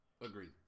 Agreed